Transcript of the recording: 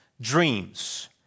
dreams